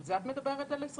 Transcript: על זה את מדברת ב-28%?